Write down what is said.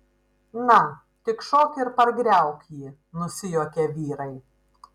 na tik šok ir pargriauk jį nusijuokė vyrai